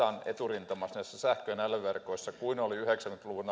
eturintamassa näissä sähkön älyverkoissa kuin oli yhdeksänkymmentä luvun